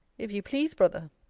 if you please, brother.